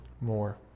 more